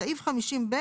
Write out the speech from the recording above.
בסעיף 50א